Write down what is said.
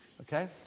Okay